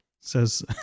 Says